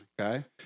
okay